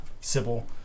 Sybil